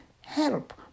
help